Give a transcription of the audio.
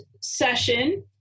session